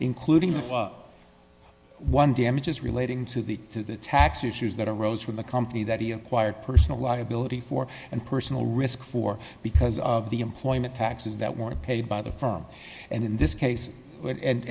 including the one damages relating to the tax issues that arose from the company that he acquired personal liability for and personal risk for because of the employment taxes that were paid by the firm and in this case and